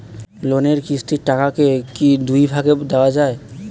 লোনের কিস্তির টাকাকে কি দুই ভাগে দেওয়া যায়?